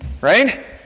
right